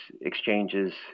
exchanges